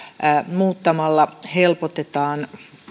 muuttamalla helpotetaan